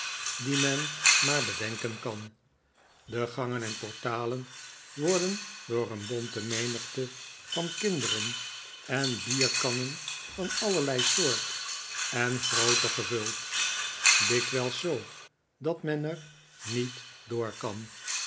die men maar bedenken kan de gangen en portalen worden door een bonte menigte van kinderen en bierkannen van allerlei soort en grootte gevuld dikwijls zoo dat men er niet door kan